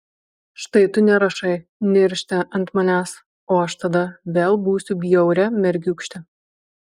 štai tu nerašai niršti ant manęs o aš tada vėl būsiu bjauria mergiūkšte